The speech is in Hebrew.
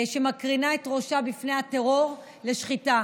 שמרכינה את ראשה בפני הטרור לשחיטה.